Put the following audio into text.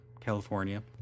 California